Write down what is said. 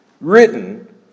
written